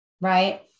right